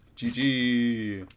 GG